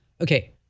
okay